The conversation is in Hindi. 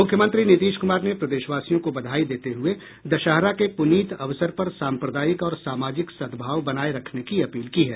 मुख्यमंत्री नीतीश कुमार ने प्रदेशवासियों को बधाई देते हुये दशहरा के पुनीत अवसर पर साम्प्रदायिक और सामाजिक सदभाव बनाये रखने की अपील की है